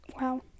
wow